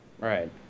right